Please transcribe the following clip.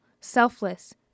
selfless